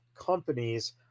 companies